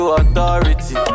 authority